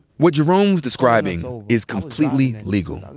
what jerome was describing is completely legal.